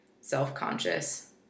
self-conscious